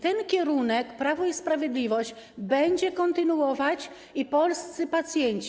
Ten kierunek Prawo i Sprawiedliwość będzie kontynuować i polscy pacjenci,